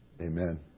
amen